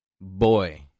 Boy